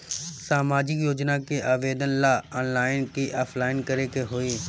सामाजिक योजना के आवेदन ला ऑनलाइन कि ऑफलाइन करे के होई?